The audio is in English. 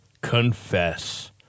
confess